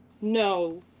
No